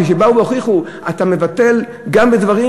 כשבאו והוכיחו: אתה מבטל גם בדברים,